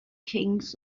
kings